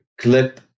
clip